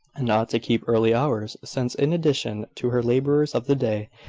and ought to keep early hours, since, in addition to her labours of the day,